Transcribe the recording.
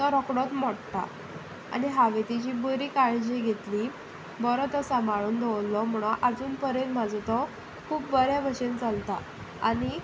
तो रोकडोच मोडटा आनी हांवें ताची बरी काळजी घेतली बरो तो सांबाळून दवरलो म्हणून आजून मेरेन म्हजो तो खूब बऱ्या भशेन चलता आनी